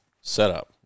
setup